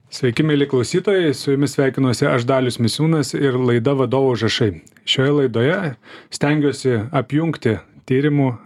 sveiki mieli klausytojai su jumis sveikinuosi aš dalius misiūnas ir laida vadovo užrašai šioje laidoje stengiuosi apjungti tyrimų